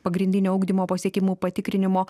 pagrindinio ugdymo pasiekimų patikrinimo